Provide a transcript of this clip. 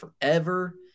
forever